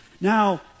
Now